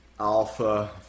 Alpha